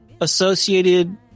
associated